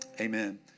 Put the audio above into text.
amen